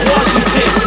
Washington